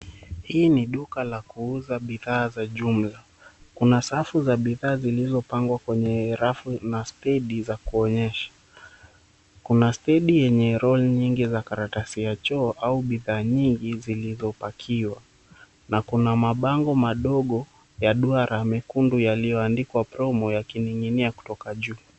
Hii ni duka la kuuza bidhaa za jumla. Kuna safu za bidhaa zilizopangwa kwenye rafu na stedi za kuonyesha. Kuna stadi yenye roll nyingi za karatasi ya choo au bidhaa nyingi zilizopakiwa. Na kuna mabango madogo ya duara mekundu yaliyoandikwa promo yakaining'inia kutoka juu.